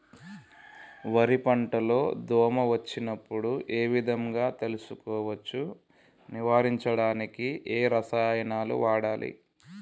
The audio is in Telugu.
వరి పంట లో దోమ వచ్చినప్పుడు ఏ విధంగా తెలుసుకోవచ్చు? నివారించడానికి ఏ రసాయనాలు వాడాలి?